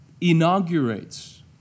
inaugurates